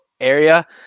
area